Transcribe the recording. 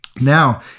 Now